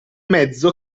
mezzo